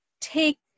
take